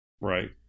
Right